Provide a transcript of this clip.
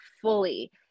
fully